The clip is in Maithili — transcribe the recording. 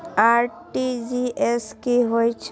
आर.टी.जी.एस की होय छै